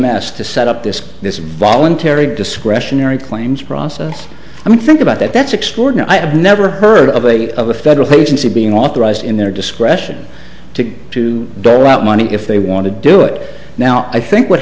m s to set up this this voluntary discretionary claims process i mean think about that that's extraordinary i have never heard of a of a federal agency being authorized in their discretion to to dole out money if they want to do it now i think what